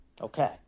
Okay